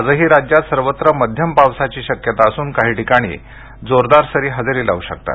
आजही राज्यात सर्वत्र मध्यम पावसाची शक्यता असून काही ठिकाणी जोरदार सरी हजेरी लावू शकतात